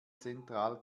zentral